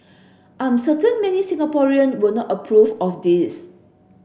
I am certain many Singaporean will not approve of this